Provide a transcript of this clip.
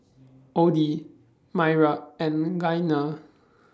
Audie Mayra and Iyana